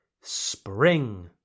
spring